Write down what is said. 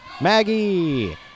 Maggie